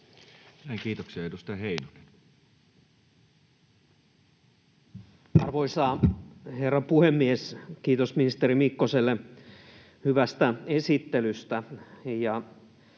Time: 14:51 Content: Arvoisa herra puhemies! Kiitos ministeri Mikkoselle hyvästä esittelystä.